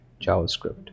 Javascript